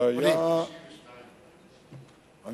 זה עדיין היה בשנות ה-80,